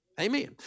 Amen